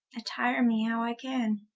attyre me how i can.